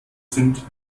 sind